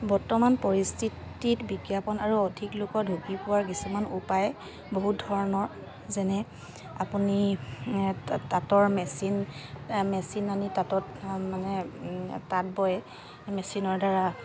বৰ্তমান পৰিস্থিতিত বিজ্ঞাপন আৰু অধিক লোকত ঢুকি পোৱাৰ কিছুমান উপায় বহুত ধৰণৰ যেনে আপুনি তাঁতৰ মেচিন আনি তাঁতত মানে তাঁত বয় মেচিনৰ দ্বাৰা